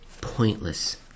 Pointless